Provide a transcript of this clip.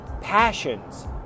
passions